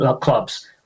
clubs